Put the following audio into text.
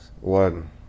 one